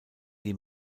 die